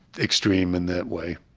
extreme in that way.